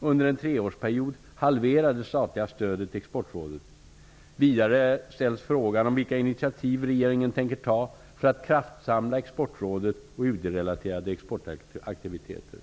under en treårsperiod halvera det statliga stödet till Exportrådet. Vidare ställs frågan om vilka initiativ regeringen tänker ta för att kraftsamla Exportrådet och UD-relaterade exportaktiviteter.